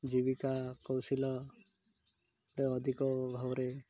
ଜୀବିକା କୌଶଳର ଅଧିକ ଭାବରେ